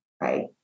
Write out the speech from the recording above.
right